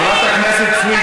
תכבד את סרבנית הגט.